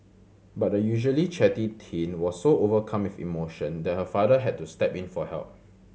but the usually chatty teen was so overcome with emotion that her father had to step in for help